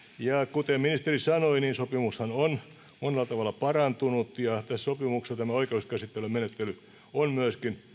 kuten ministeri sanoi sopimushan on monella tavalla parantunut ja tässä sopimuksessa tämä oikeuskäsittelyn menettely on myöskin